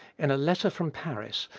in a letter from paris,